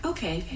Okay